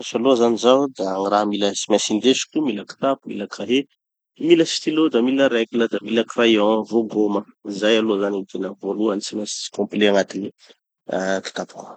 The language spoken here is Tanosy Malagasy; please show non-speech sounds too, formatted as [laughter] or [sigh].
[audio distortion] aloha zany zaho da gny raha mila tsy maintsy indesiko, mila kitapo, mila cahier, mila stylo, da mila règle, da mila crayon, vô gôma. Zay aloha zany gny tena voalohany tsy maintsy complet agnatin'ny ah kitapoko ao.